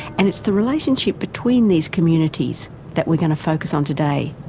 and it's the relationship between these communities that we're going to focus on today,